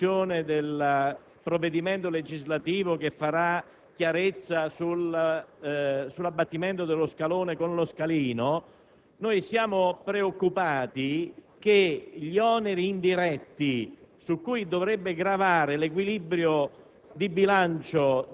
Signor Presidente, questo emendamento è stato presentato proprio per farci carico di alcune preoccupazioni che una parte del centro-sinistra (mi riferisco al senatore Dini e ad altri)